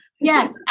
Yes